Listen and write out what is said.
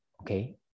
okay